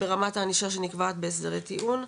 ברמת הענישה שנקבעת בהסדרי טיעון.